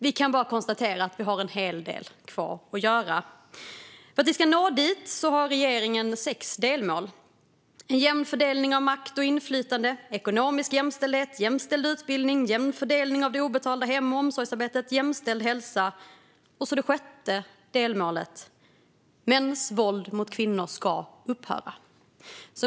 Vi kan bara konstatera att vi har en hel del kvar att göra. För att vi ska nå dit har regeringen sex delmål: en jämn fördelning av makt och inflytande, ekonomisk jämställdhet, jämställd utbildning, jämn fördelning av det obetalda hem och omsorgsarbetet och jämställd hälsa. Och så har vi det sjätte delmålet: Mäns våld mot kvinnor ska upphöra.